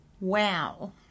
wow